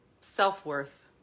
self-worth